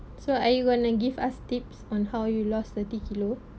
so are you going to give us tips on how you lost thirty kilo